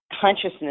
consciousness